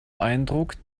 eindruck